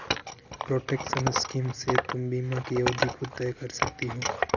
protection scheme से तुम बीमा की अवधि खुद तय कर सकती हो